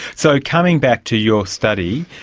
so coming back to your study,